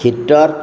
heater